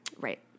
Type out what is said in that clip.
right